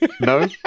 No